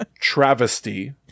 Travesty